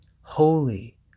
holy